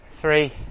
three